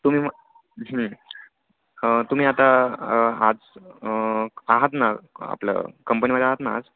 तुम्ही मग तुम्ही आता आज आहात ना आपलं कंपनीमध्ये आहात ना आज